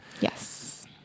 Yes